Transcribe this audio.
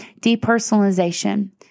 depersonalization